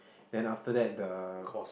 then after that the